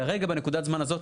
כרגע בנקודת הזמן הזאת,